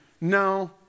no